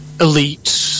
Elite